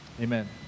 Amen